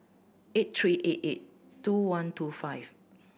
eight three eight eight two one two five